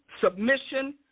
submission